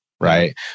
Right